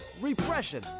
repression